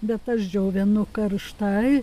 bet aš džiovinu karštai